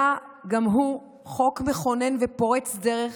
היה גם הוא חוק מכונן ופורץ דרך,